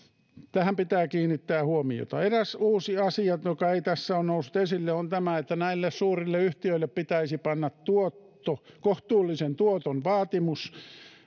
tähän pitää kiinnittää huomiota eräs uusi asia joka ei tässä ole noussut esille on tämä että näille suurille yhtiöille pitäisi panna kohtuullisen tuoton vaatimus